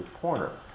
corner